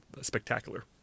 spectacular